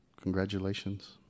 congratulations